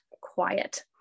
quiet